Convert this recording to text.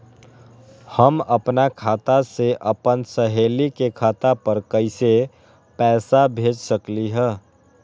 हम अपना खाता से अपन सहेली के खाता पर कइसे पैसा भेज सकली ह?